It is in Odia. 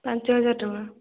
ପାଞ୍ଚ ହଜାର ଟଙ୍କା